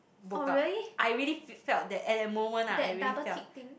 broke up I really felt that at the moment I really felt